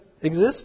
exist